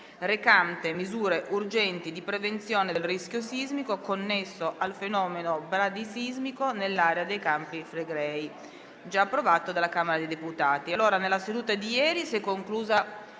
recante misure urgenti di prevenzione del rischio sismico connesso al fenomeno bradisismico nell'area dei Campi Flegrei